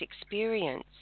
experience